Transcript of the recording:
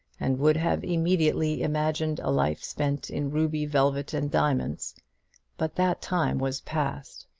and would have immediately imagined a life spent in ruby velvet and diamonds but that time was past.